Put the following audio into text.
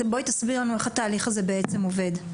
בואי תסבירי לנו איך התהליך הזה בעצם עובד.